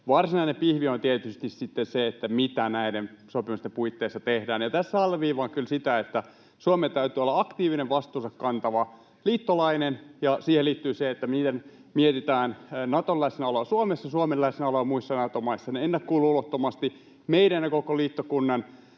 Varsinainen pihvi on tietysti sitten se, mitä näiden sopimusten puitteissa tehdään. Tässä alleviivaan kyllä sitä, että Suomen täytyy olla aktiivinen, vastuunsa kantava liittolainen, ja siihen liittyy se, miten mietitään Naton läsnäoloa Suomessa ja Suomen läsnäoloa muissa Nato-maissa ennakkoluulottomasti meidän ja koko liittokunnan